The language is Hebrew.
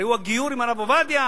ראו הגיור עם הרב עובדיה,